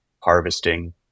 harvesting